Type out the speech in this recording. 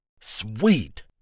Sweet